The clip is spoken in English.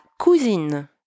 cousine